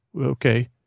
Okay